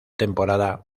temporada